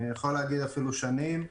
אני יכול להגיד אפילו שנים.